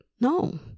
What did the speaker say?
no